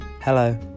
Hello